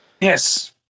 Yes